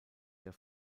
der